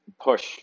push